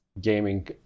gaming